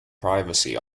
privacy